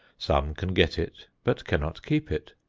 some can get it but cannot keep it.